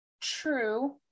True